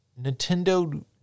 Nintendo